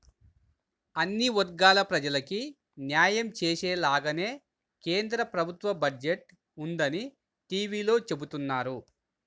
అన్ని వర్గాల ప్రజలకీ న్యాయం చేసేలాగానే కేంద్ర ప్రభుత్వ బడ్జెట్ ఉందని టీవీలో చెబుతున్నారు